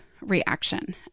reaction